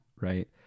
right